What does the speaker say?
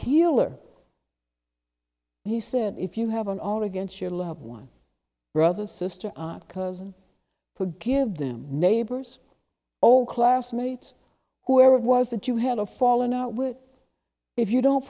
healer he said if you have an all against your love one brother sister our cousin forgive them neighbors all classmates whoever was that you had a falling out with if you don't